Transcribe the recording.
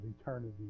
eternity